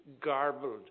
garbled